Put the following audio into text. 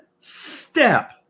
step